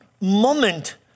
moment